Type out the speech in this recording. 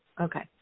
okay